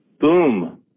boom